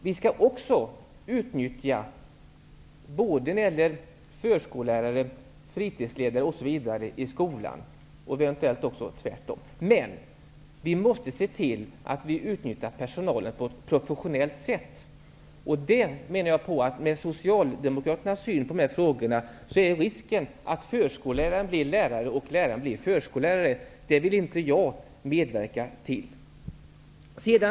Vi skall utnyttja förskollärare, fritidsledare osv. som resurs i skolan, och eventuellt tvärtom. Men vi skall utnyttja personalen på ett professionellt sätt. Med Socialdemokraternas syn på dessa frågor är risken att förskolläraren blir lärare och läraren blir förskollärare. Jag vill inte medverka till det.